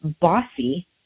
bossy